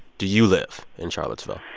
do you live in charlottesville?